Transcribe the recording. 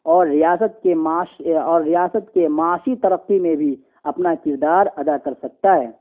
اور ریاست کے معاش اور ریاست کے معاشی ترقی میں بھی اپنا کردار ادا کر سکتا ہے